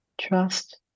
Trust